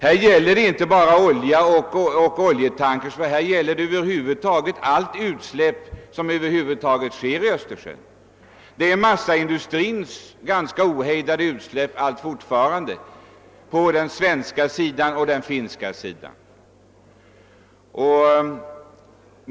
Här gäller det inte bara oljan och oljetankers utan allt utsläpp som över huvud taget sker i Östersjön och vidare massaindustrins fortfarande ganska ohejdade utsläpp på den svenska sidan och på den finska sidan.